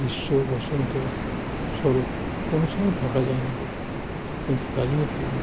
গ্রীষ্ম বসন্ত শরৎ কোনো সময় ফাঁকা যায় না কিন্তু তারই মধ্যে